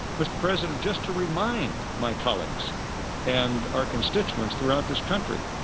mr. president, just to remind my colleagues and our constituents throughout this country,